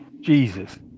Jesus